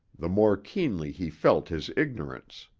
the more keenly he felt his ignorance.